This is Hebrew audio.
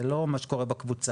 כי זה לא מה שקורה בקבוצה.